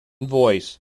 voice